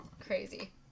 crazy